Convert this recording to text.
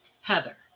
Heather